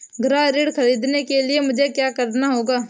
गृह ऋण ख़रीदने के लिए मुझे क्या करना होगा?